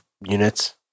units